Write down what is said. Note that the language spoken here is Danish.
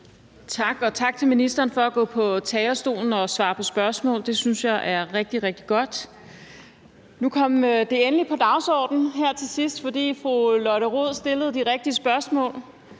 tak til ministeren for at gå på talerstolen og besvare spørgsmål. Det synes jeg er rigtig, rigtig godt. Nu kom det endelig på dagsordenen her til sidst, fordi fru Lotte Rod stillede de rigtige spørgsmål,